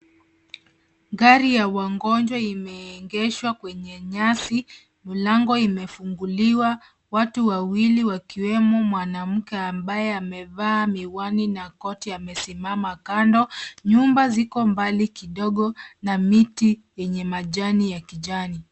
Gari ya wagonjwa imeegeshwa kwenye nyasi. Mlango imefunguliwa, watu wawili akiwemo mwanamke ambaye amevaa miwani na koti amesimama kando. Nyumba ziko mbali kidogo na miti yenye majani ya kijani.